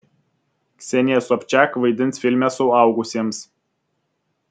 ksenija sobčak vaidins filme suaugusiems